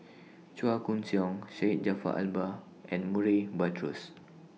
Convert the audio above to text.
Chua Koon Siong Syed Jaafar Albar and Murray Buttrose